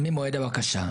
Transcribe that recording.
הבקשה.